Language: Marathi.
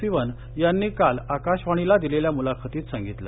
सिवन यांनी काल आकाशवाणीला दिलेल्या मुलाखतीत सांगितलं